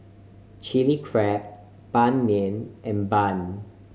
Chilli Crab Ban Mian and bun